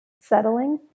settling